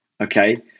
Okay